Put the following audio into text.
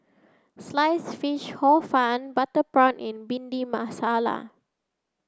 Sliced Fish Hor Fun Butter Prawn and Bhindi Masala